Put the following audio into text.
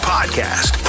Podcast